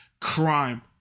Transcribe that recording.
crime